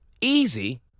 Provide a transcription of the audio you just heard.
easy